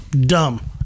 Dumb